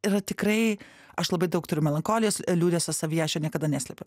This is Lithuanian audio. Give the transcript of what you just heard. yra tikrai aš labai daug turiu melancholijos liūdesio savyje aš jo niekada neslepiu